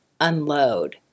unload